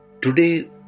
Today